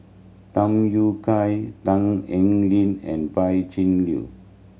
Tham Yui Kai Tan Eng Ling and Pan Cheng Lui